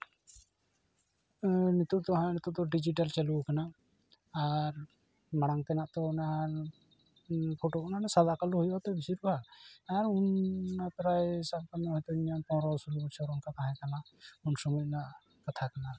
ᱱᱤᱛᱳᱜ ᱫᱚ ᱦᱟᱸᱜ ᱱᱤᱛᱳᱜ ᱫᱚ ᱰᱤᱡᱤᱴᱮᱞ ᱪᱟᱹᱞᱩᱣᱟᱠᱟᱱᱟ ᱟᱨ ᱢᱟᱲᱟᱝ ᱛᱮᱱᱟᱜ ᱛᱚ ᱚᱱᱟ ᱯᱷᱚᱴᱳ ᱚᱱᱟ ᱥᱟᱫᱟ ᱠᱟᱞᱳ ᱦᱩᱭᱩᱜᱼᱟ ᱛᱚ ᱵᱤᱥᱤᱨ ᱵᱷᱟᱜᱽ ᱟᱨ ᱩᱱ ᱯᱨᱟᱭ ᱥᱟᱵ ᱠᱟᱜ ᱢᱮ ᱦᱚᱭᱛᱳ ᱤᱧᱟᱹᱜ ᱯᱚᱱᱨᱚ ᱥᱳᱞᱳ ᱵᱚᱪᱷᱚᱨ ᱚᱱᱠᱟ ᱛᱟᱦᱮᱸᱠᱟᱱᱟ ᱩᱱ ᱥᱚᱢᱚᱭ ᱨᱮᱱᱟᱜ ᱠᱟᱛᱷᱟ ᱠᱟᱱᱟ ᱟᱨᱠᱤ